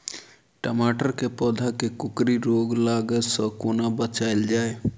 टमाटर केँ पौधा केँ कोकरी रोग लागै सऽ कोना बचाएल जाएँ?